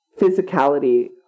physicality